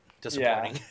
disappointing